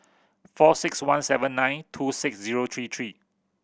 four six one seven nine two six zero three three